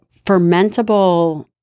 fermentable